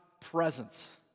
presence